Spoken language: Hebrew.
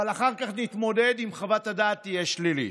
אבל אחר כך נתמודד אם חוות הדעת תהיה שלילית.